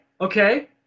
okay